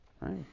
Right